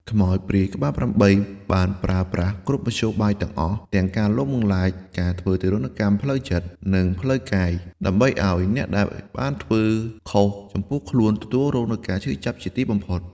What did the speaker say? ខ្មោចព្រាយក្បាល៨ បានប្រើប្រាស់គ្រប់មធ្យោបាយទាំងអស់ទាំងការលងបន្លាច ការធ្វើទារុណកម្មផ្លូវចិត្ត និងផ្លូវកាយ ដើម្បីឲ្យអ្នកដែលបានធ្វើខុសចំពោះខ្លួនទទួលរងនូវការឈឺចាប់ជាទីបំផុត។